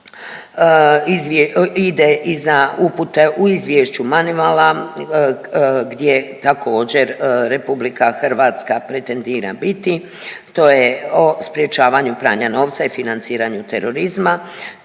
ide i za upute u izvješću MONEYVAL-a, gdje također, RH pretendira biti. To je o sprječavanju pranja novca i financiranju terorizma,